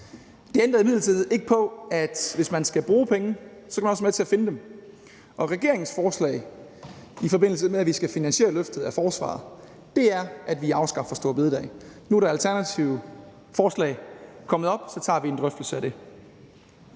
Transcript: Det ændrer imidlertid ikke på, at hvis man skal bruge penge, skal man også være med til at finde dem. Og regeringens forslag, i forbindelse med at vi skal finansiere løftet af forsvaret, er, at vi afskaffer store bededag. Nu er der kommet alternative forslag, og så tager vi en drøftelse af dem.